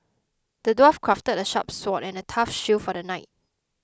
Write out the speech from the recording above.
the dwarf crafted a sharp sword and a tough shield for the knight